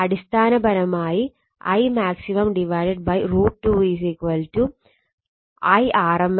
അടിസ്ഥാനപരമായി Imax √2 I r m s മൂല്യം ആണ്